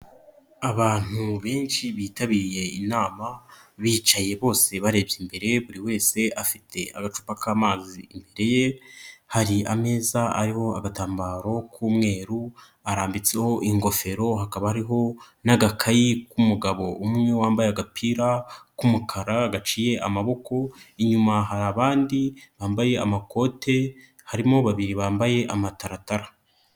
Abantu benshi bitabiriye inama bicaye bose barebye imbere buri wese afite agacupa k'amazi imbere ye, hari ameza ariho agatambaro k'umweru arambitseho ingofero hakaba hariho n'agakayi k'umugabo umwe wambaye agapira k'umukara gaciye amaboko inyuma hari abandi bambaye amakote harimo babiri bambaye amataratara.